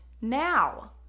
now